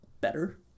better